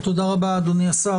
תודה רבה, אדוני השר.